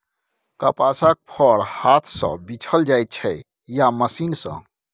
कपासक फर हाथ सँ बीछल जाइ छै या मशीन सँ